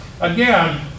again